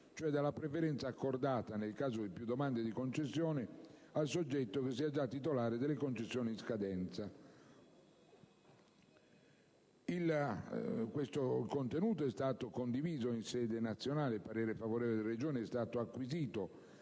cioè dalla preferenza accordata, nel caso di più domande di concessione, al soggetto che sia già titolare delle concessioni in scadenza. Il contenuto è stato condiviso sia in sede nazionale (il parere favorevole delle Regioni è stato acquisito